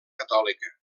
catòlica